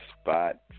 spot